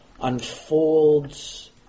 unfolds